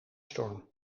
storm